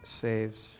saves